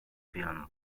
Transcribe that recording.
film